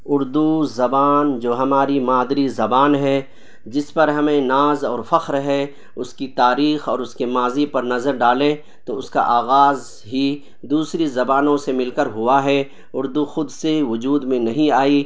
اردو زبان جو ہماری مادری زبان ہے جس پر ہمیں ناز اور فخر ہے اس کی تاریخ اور اس کے ماضی پر نظر ڈالیں تو اس کا آغاز ہی دوسری زبانوں سے مل کر ہوا ہے اردو خود سے وجود میں نہیں آئی